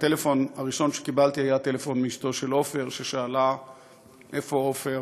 הטלפון הראשון שקיבלתי היה טלפון מאשתו של עופר ששאלה איפה עופר,